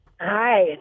Hi